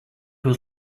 was